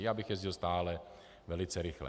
Já bych jezdil stále velice rychle.